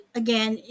again